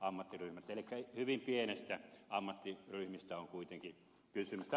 elikkä hyvin pienistä ammattiryhmistä on kuitenkin kysymys